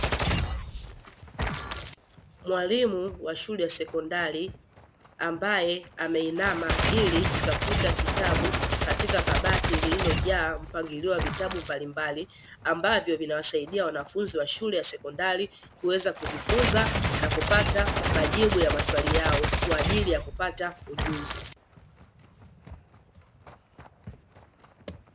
Mwalimu wa shule ya sekondari ambaye ameinama ili kutafuta kitabu katika kabati lililojaa mpangilio wa vitabu mbalimbali, ambavyo vinawasaidia wanafunzi wa shule ya sekondari kuweza kujifunza na kupata majibu ya maswali yao kwa ajili ya kupata ujuzi.